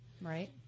Right